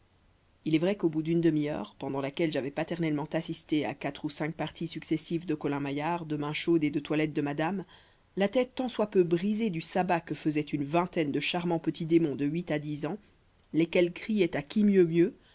il est vrai qu'au bout d'une demi-heure pendant laquelle j'avais paternellement assisté à quatre ou cinq parties successives de colin-maillard de main chaude et de toilette de madame la tête tant soit peu brisée du sabbat que faisaient une vingtaine de charmants petits démons de huit à dix ans lesquels criaient à qui mieux mieux